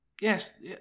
Yes